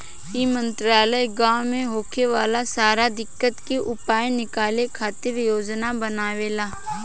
ई मंत्रालय गाँव मे होखे वाला सारा दिक्कत के उपाय निकाले खातिर योजना बनावेला